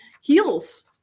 heals